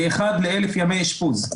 ל-1 ל-1,000 ימי אשפוז.